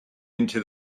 into